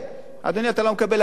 אדוני, אתה לא מקבל אגורה.